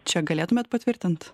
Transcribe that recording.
čia galėtumėt patvirtint